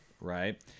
Right